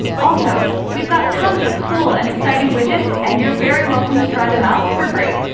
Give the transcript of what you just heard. also, we've got tons of cool and exciting widgets and you're very welcome to try them out for free.